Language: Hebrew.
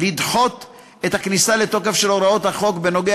לדחות את הכניסה לתוקף של הוראות החוק בנוגע